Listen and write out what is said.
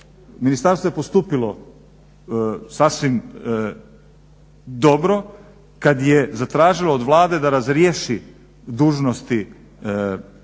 ministarstvo je postupilo sasvim dobro kad je zatražilo od Vlade da razriješi dužnosti